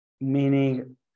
meaning